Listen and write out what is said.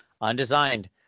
Undesigned